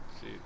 See